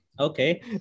Okay